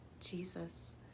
Jesus